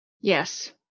yes